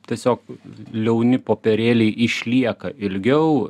tiesiog liauni popierėliai išlieka ilgiau